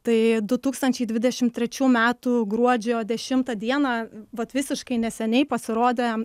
tai du tūkstančiai dvidešim trečių metų gruodžio dešimtą dieną vat visiškai neseniai pasirodė